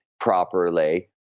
properly